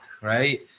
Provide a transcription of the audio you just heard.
right